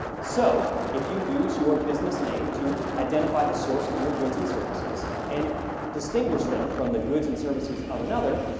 so, if you use your business name to identify the source of your goods and services and distinguish them from the goods and services of another,